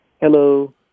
Hello